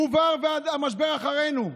הועבר, והמשבר מאחורינו.